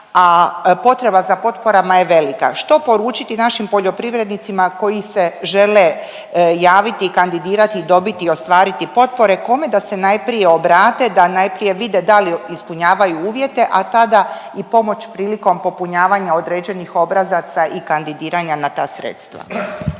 a potreba za potporama je velika. Što poručiti našim poljoprivrednicima koji se žele javiti i kandidirati i dobiti i ostvariti potpore, kome da se najprije obrate da najprije vide da li ispunjavaju uvjete, a tada i pomoć prilikom popunjavanja određenih obrazaca i kandidiranja na ta sredstva?